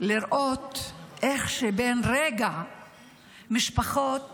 לראות איך שבן רגע משפחות